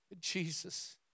Jesus